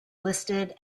listed